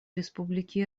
республики